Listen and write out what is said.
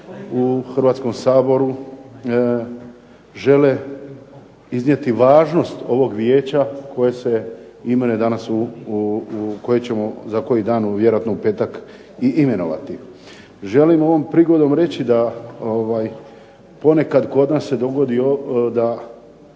u Hrvatskom saboru žele iznijeti važnost ovog Vijeća koje se imenuje danas, koje ćemo za koji dan, vjerojatno u petak i imenovati. Želim ovom prigodom reći da ponekad kod nas se dogodi da,